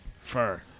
fur